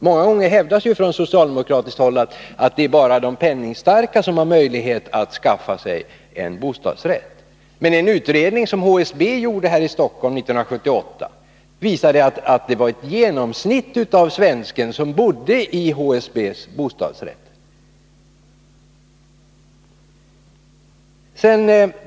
Många gånger hävdas det från socialdemokratiskt håll att det bara är de penningstarka som har möjlighet att skaffa sig en bostadsrätt. En utredning som HSB gjorde här i Stockholm 1978 visade att det var ett genomsnitt av svenska folket som bodde i HSB:s bostadsrätter.